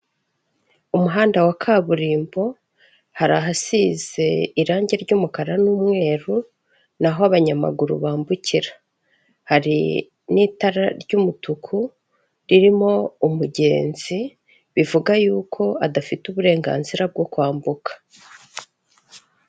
Umuhanda wa kaburimbo hari ahasize irange ry'umukara n'umweru ni aho abanyamaguru bambukira, hari n'itara ry'umutuku ririmo umugenzi bivuga yuko adafite uburenganzira bwo kwambuka.